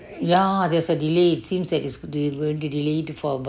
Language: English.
ya there's a delay it seems that they delayed for about